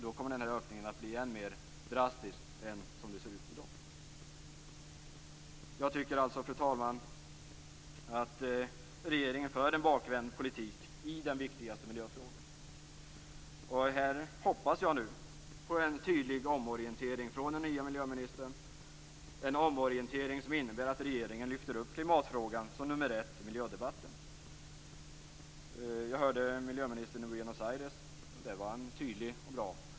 Då kommer denna ökning att bli än mer drastisk än som det ser ut i dag. Fru talman! Jag tycker alltså att regeringen för en bakvänd politik i den viktigaste miljöfrågan. Här hoppas jag nu på en tydlig omorientering från den nya miljöministern, en omorientering som innebär att regeringen lyfter upp klimatfrågan som nummer ett i miljödebatten. Jag hörde miljöministern i Buenos Aires, och där var han tydlig och bra.